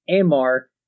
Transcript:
Amar